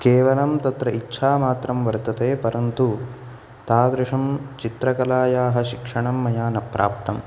केवलं तत्र इच्छामात्रं वर्तते परन्तु तादृशं चित्रकलायाः शिक्षणं मया न प्राप्तम्